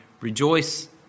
rejoice